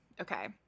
Okay